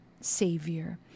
savior